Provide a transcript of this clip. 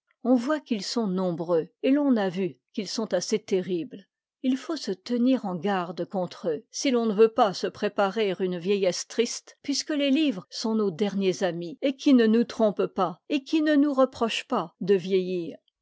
on voit qu'ils sont nombreux et l'on a vu qu'ils sont assez terribles il faut se tenir en garde contre eux si l'on ne veut pas se préparer une vieillesse triste puisque les livres sont nos derniers amis et qui ne nous trompent pas et qui ne nous reprochent pas de vieillir